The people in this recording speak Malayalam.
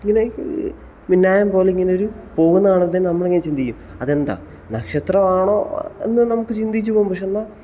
ഇങ്ങനെ മിന്നായം പോലെ ഇങ്ങനെ ഒരു പോകുന്നത് കാണുമ്പം തന്നെ നമ്മളിങ്ങനെ ചിന്തിക്കും അതെന്താണ് നക്ഷത്രമാണോ എന്ന് നമുക്ക് ചിന്തിച്ച് പോകും പക്ഷേ എന്നാൽ